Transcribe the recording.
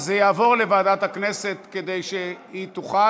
אז זה יעבור לוועדת הכנסת כדי שהיא תוכל,